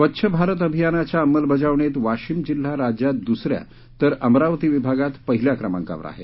स्वच्छ भारत अभियानाच्या अंमलबजवणीत वाशिम जिल्हा राज्यात दुसऱ्या तर अमरावती विभागात पहिल्या क्रमांकावर आहे